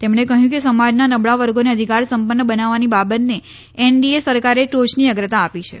તેમણે કહ્યું કે સમાજના નબળા વર્ગોને અધિકાર સંપન્ન બનાવવાની બાબતને એનડીએ સરકારે ટોચની અગ્રતા આપી છે